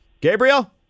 Gabriel